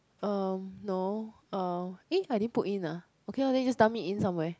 um no eh I didn't put in ah okay loh then you just dump it in somewhere